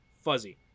fuzzy